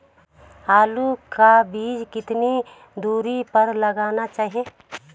आलू का बीज कितनी दूरी पर लगाना चाहिए?